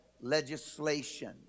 legislation